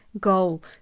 goal